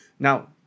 Now